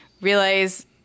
realize